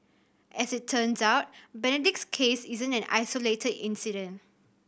as it turns out Benedict's case isn't an isolated incident